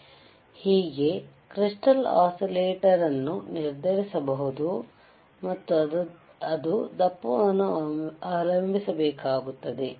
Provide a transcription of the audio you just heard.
ಆದ್ದರಿಂದ ಹೀಗೆ crystal oscillator ಅನ್ನು ನಿರ್ಧರಿಸಬಹುದು ಮತ್ತು ಅದು ದಪ್ಪವನ್ನು ಅವಲಂಬಿಸಬೇಕಾಗುತ್ತದೆ